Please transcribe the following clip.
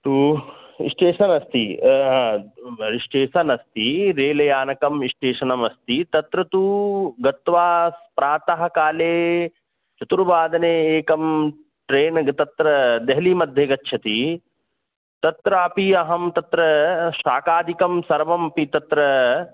तु इस्टेषन् अस्ति इस्टेषन् अस्ति रेल्यानकम् इस्टेषनमस्ति तत्र तु गत्वा प्रातः काले चतुर्वादने एकं ट्रेन् ग् तत्र देहलि मध्ये गच्छति तत्रापि अहं तत्र शाकादिकं सर्वमपि तत्र